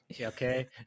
Okay